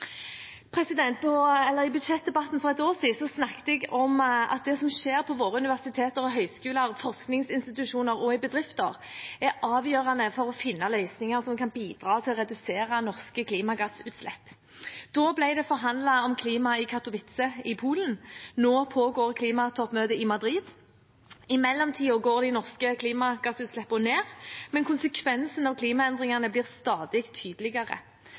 I budsjettdebatten for et år siden snakket jeg om at det som skjer på våre universiteter, høyskoler, forskningsinstitusjoner og i bedrifter, er avgjørende for å finne løsninger som kan bidra til å redusere norske klimagassutslipp. Da ble det forhandlet om klima i Katowice i Polen. Nå pågår klimatoppmøtet i Madrid. I mellomtiden går de norske klimagassutslippene ned, men konsekvensen av klimaendringene blir stadig tydeligere.